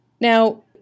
Now